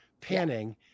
panning